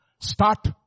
Start